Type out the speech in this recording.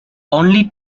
only